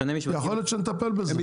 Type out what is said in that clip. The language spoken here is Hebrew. היושב ראש,